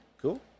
Cool